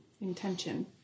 intention